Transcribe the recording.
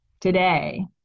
today